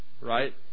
Right